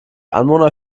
anwohner